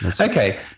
Okay